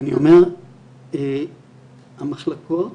אומר שהמחלקות